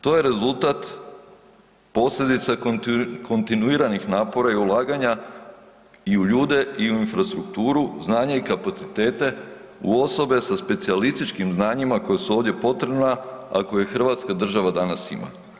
To je rezultata posljedice kontinuiranih napora i ulaganja i u ljude i u infrastrukturu, znanje i kapacitete u osobe sa specijalističkim znanjima koje su ovdje potrebna, a koje Hrvatska država danas ima.